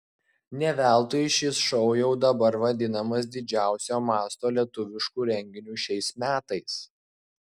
ne veltui šis šou jau dabar vadinamas didžiausio masto lietuvišku renginiu šiais metais